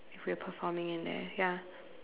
if we're performing in there ya